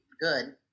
good